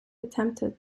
attempted